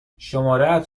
شمارهات